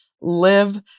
live